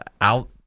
out